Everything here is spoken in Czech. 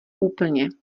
úplně